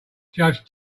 judge